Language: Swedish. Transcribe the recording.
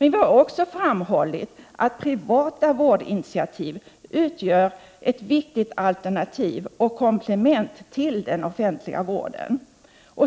Men vi har också framhållit att privata vårdinitiativ utgör ett viktigt alternativ och komplement till den offentliga vården.